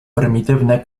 prymitywne